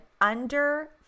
under-